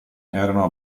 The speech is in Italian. erano